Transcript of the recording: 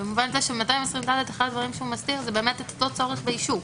במובן הזה שאחד הדברים ש-220ד מסדיר זה את אותו צורך באישור.